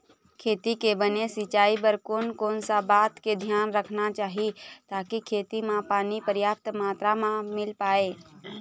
खेती के बने सिचाई बर कोन कौन सा बात के धियान रखना चाही ताकि खेती मा पानी पर्याप्त मात्रा मा मिल पाए?